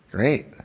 Great